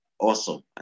awesome